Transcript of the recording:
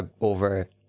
over